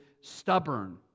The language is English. stubborn